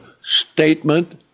statement